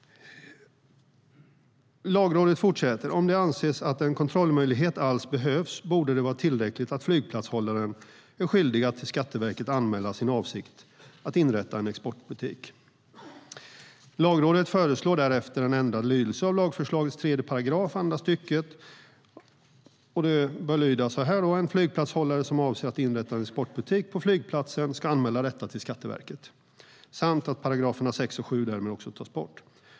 Lagrådet fortsätter: "Om det anses att en kontrollmöjlighet alls behövs borde det vara tillräckligt att flygplatshållaren är skyldig att till Skatteverket anmäla sin avsikt att inrätta en exportbutik." Lagrådet föreslår därefter en ändrad lydelse av lagförslagets 3 § andra stycket: "En flygplatshållare som avser att inrätta en exportbutik på flygplatsen ska anmäla detta till Skatteverket." Vidare ska 6 § och 7 § tas bort.